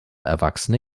erwachsene